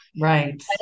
Right